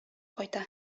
кайта